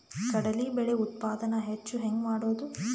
ಕಡಲಿ ಬೇಳೆ ಉತ್ಪಾದನ ಹೆಚ್ಚು ಹೆಂಗ ಮಾಡೊದು?